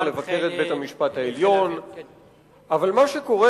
ומותר לבקר גם את בית-המשפט העליון, אבל מה שקורה